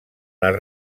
les